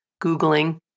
Googling